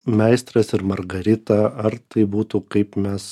meistras ir margarita ar tai būtų kaip mes